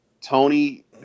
Tony